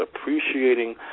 appreciating